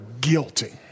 guilty